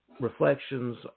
reflections